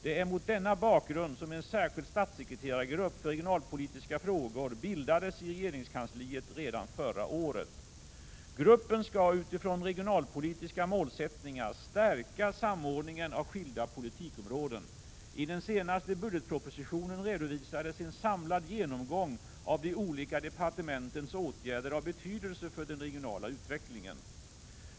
Det är mot denna bakgrund som en särskild statssekreterargrupp för regionalpolitiska frågor bildades i regeringskansliet redan förra året. Gruppen skall utifrån regionalpolitiska målsättningar stärka samordningen av skilda politikområden. I den senaste budgetpropositionen redovisades en samlad genomgång av de olika departementens åtgärder av betydelse för den regionala utvecklingen.